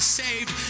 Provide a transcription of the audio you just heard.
saved